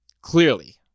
clearly